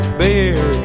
beer